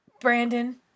Brandon